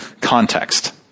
context